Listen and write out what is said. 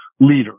leader